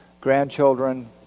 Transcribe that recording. grandchildren